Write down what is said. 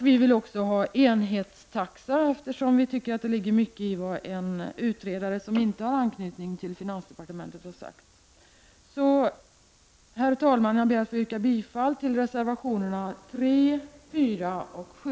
Vi vill också ha enhetstaxa, eftersom vi tycker att det ligger mycket i vad en utredare som inte har anknytning till finansdepartementet har sagt. Herr talman! Jag ber att få yrka bifall till reservationerna 3, 4 och 7.